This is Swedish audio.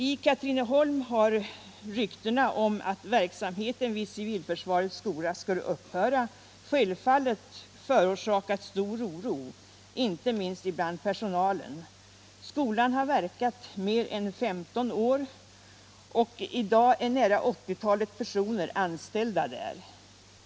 , I Katrineholm har ryktena om att verksamheten vid civilförsvarets skola skulle upphöra självfallet förorsakat stor oro, inte minst bland personalen. Skolan har verkat under mer än 15 år, och i dag är nära 80-talet personer anställda där.